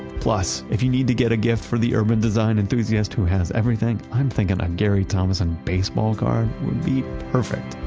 plus, if you need to get a gift for the urban design enthusiast who has everything, i'm thinking a gary thomasson baseball card would be perfect